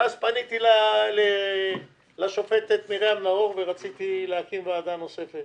ואז פניתי לשופטת מרים נאור ורציתי להקים ועדה נוספת